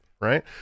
right